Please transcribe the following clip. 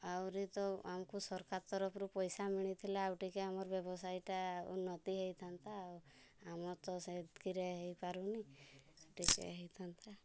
ଆହୁରି ତ ଆମକୁ ସରକାର ତରଫରୁ ପଇସା ମିଳି ଥିଲା ଆଉ ଟିକେ ଆମର ବ୍ୟବସାୟୀଟା ଉନ୍ନତି ହେଇଥାନ୍ତା ଆଉ ଆମର ତ ସେତ୍କି ରେ ହେଇ ପାରୁନି ଟିକେ ହେଇଥାନ୍ତା